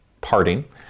parting